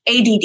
ADD